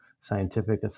scientific